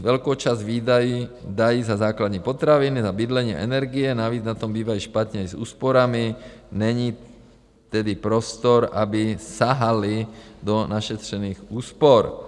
Velkou část výdajů dají za základní potraviny, na bydlení, energie, navíc na tom bývají špatně s úsporami, není tedy prostor, aby sahali do našetřených úspor.